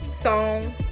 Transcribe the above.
Song